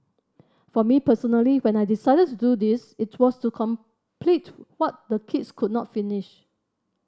for me personally when I decided to do this it was to complete what the kids could not finish